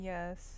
Yes